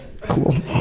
Cool